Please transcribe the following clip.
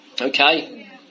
okay